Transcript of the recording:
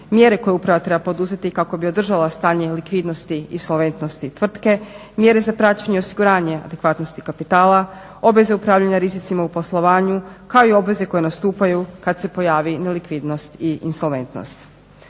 mjere koje uprava treba poduzeti kako bi održala stanje likvidnosti i solventnosti tvrtke, mjere za praćenja osiguranja adekvatnosti kapitala, obveze upravljanja rizicima u poslovanju kao i obveze koje nastupaju kada se pojavi nelikvidnost i insolventnost.